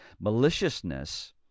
maliciousness